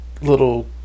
little